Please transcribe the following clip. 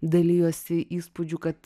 dalijosi įspūdžių kad